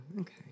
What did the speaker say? Okay